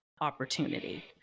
opportunity